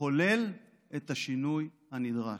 לחולל את השינוי הנדרש.